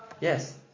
Yes